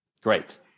Great